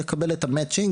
יקבל את המצ'ינג,